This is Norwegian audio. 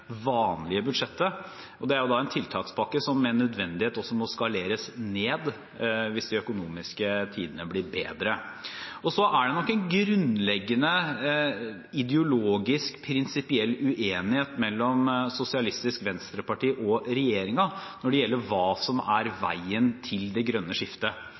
vanlige budsjettet, og det er en tiltakspakke som med nødvendighet også må skaleres ned hvis de økonomiske tidene blir bedre. Så er det nok en grunnleggende ideologisk, prinsipiell uenighet mellom Sosialistisk Venstreparti og regjeringen når det gjelder hva som er veien til det grønne skiftet.